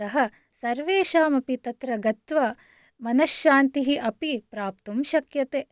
अतः सर्वेषामपि तत्र गत्वा मनश्शान्तिः अपि प्राप्तुं शक्यते